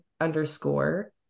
underscore